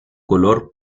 color